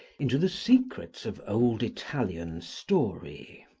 into the secrets of old italian story.